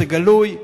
זה גלוי,